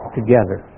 together